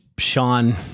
sean